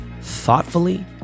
thoughtfully